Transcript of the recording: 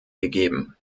gegeben